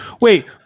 Wait